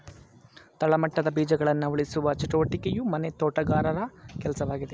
ತಳಮಟ್ಟದ ಬೀಜಗಳನ್ನ ಉಳಿಸುವ ಚಟುವಟಿಕೆಯು ಮನೆ ತೋಟಗಾರರ ಕೆಲ್ಸವಾಗಿದೆ